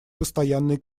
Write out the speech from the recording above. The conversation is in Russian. постоянной